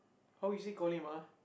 how he say call him ah